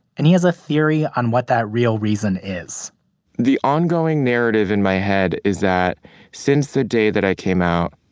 and he has a theory on what that real reason is the ongoing narrative in my head is that since the day that i came out,